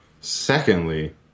Secondly